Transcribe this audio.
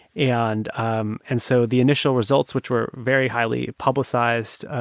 and um and so the initial results, which were very highly publicized,